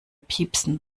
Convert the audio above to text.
piepen